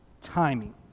timing